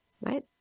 right